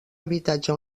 habitatge